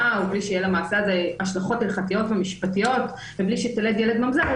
ובלי שיהיו למעשה הזה השלכות הלכתיות המשפטיות ובלי שתלד ממזר,